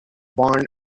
barn